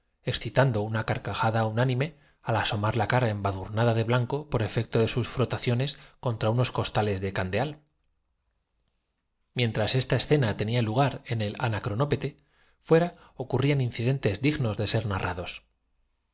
excitando una carcajada unánime al asomar la cara embadurnada de blanco por efecto de sus frotaciones contra unos costales de candeal mientras esta escena tenía lugar en el anacronópete fuera ocurrían incidentes dignos de ser narrados